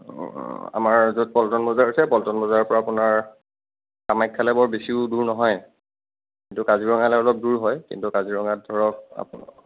অঁ আমাৰ য'ত পল্টন বজাৰ আছে পল্টন বজাৰৰ পৰা আপোনাৰ কামাখ্যালৈ বৰ বেছিও দুৰ নহয় কিন্তু কজিৰঙালৈ অলপ দূৰ হয় কিন্তু কাজিৰঙাত ধৰক